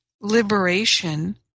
liberation